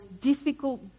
difficult